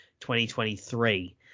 2023